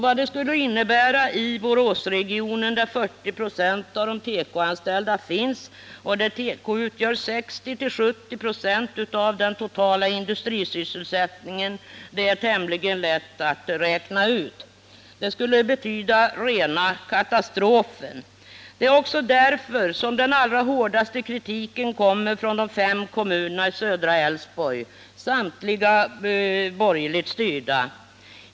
Vad det skulle innebära i Boråsregionen, där 40 96 av de tekoanställda finns och där teko utgör 60-70 96 av den totala industrisysselsättningen är tämligen lätt att räkna ut. Det skulle betyda rena katastrofen. Det är också därför som den allra hårdaste kritiken kommer från de fem kommunerna i Södra Älvsborg, samtliga borgerligt styrda.